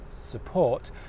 support